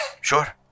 Sure